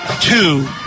two